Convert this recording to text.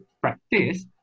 practice